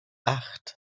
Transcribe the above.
acht